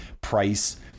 price